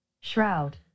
Shroud